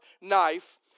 knife